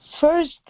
First